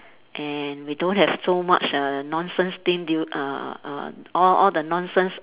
and we don't have so much err nonsense thing due uh uh all all the nonsense